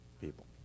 people